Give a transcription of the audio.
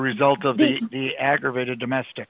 result of the aggravated domestic